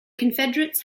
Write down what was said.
confederates